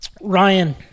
Ryan